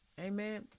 Amen